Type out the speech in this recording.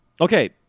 Okay